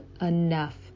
Enough